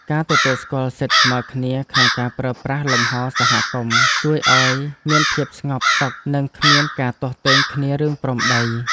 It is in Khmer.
ការទទួលស្គាល់សិទ្ធិស្មើគ្នាក្នុងការប្រើប្រាស់លំហសហគមន៍ជួយឱ្យមានភាពស្ងប់សុខនិងគ្មានការទាស់ទែងគ្នារឿងព្រំដី។